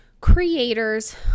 creators